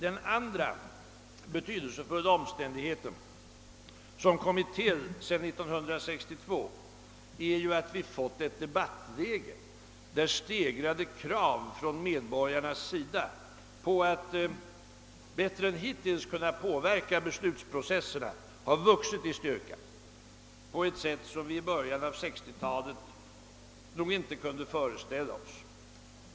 En annan betydelsefull omständighet som tillkommit sedan 1962 är att vi fått ett debattläge där stegrade krav från medborgarnas sida på att bättre än hittills kunna påverka beslutsprocesserna har vuxit i styrka på ett sätt som vi i början av 1960-talet nog inte kunde föreställa oss.